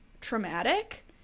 traumatic